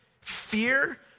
Fear